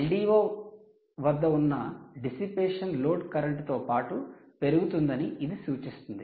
LDO వద్ద ఉన్న dissipation load current తో పాటుపెరుగుతుందని ఇది సూచిస్తుంది